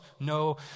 No